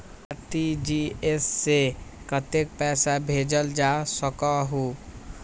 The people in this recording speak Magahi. आर.टी.जी.एस से कतेक पैसा भेजल जा सकहु???